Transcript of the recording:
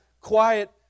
quiet